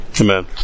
Amen